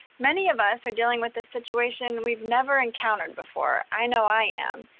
many of us are dealing with a situation we've never encountered before. i know i am.